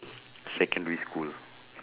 secondary school